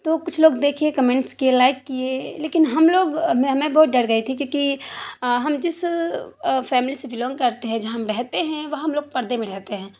تو کچھ لوگ دیکھیے کمنٹس کیے لائک کیے لیکن ہم لوگ میں میں بہت ڈر گئی تھی کیوں کہ ہم جس فیملی سے بلانگ کرتے ہیں جہاں ہم رہتے ہیں وہاں ہم لوگ پردے میں رہتے ہیں